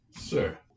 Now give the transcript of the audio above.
Sir